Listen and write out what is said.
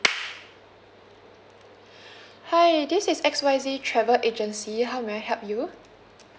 hi this is X Y Z travel agency how may I help you